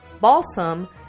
balsam